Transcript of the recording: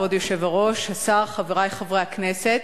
כבוד היושב-ראש, השר, חברי חברי הכנסת,